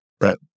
Right